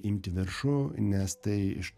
imti viršų nes tai iš